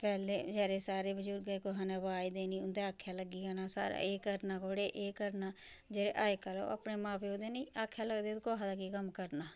पैह्ले बचारे सारे बजुर्ग कुसै ना कुसै गी अवाज देनी उं'दे आक्खे लगी जाना सारा एह् करना कुड़े एह् करना जेह्ड़े अज्जकल न ओह् अपने मां प्यो दे नेईं आक्खे लगदे ते कुहा दा केह् कम्म करना